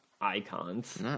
icons